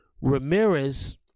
Ramirez